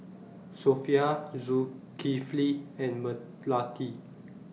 Sofea Zulkifli and Melati